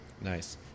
Nice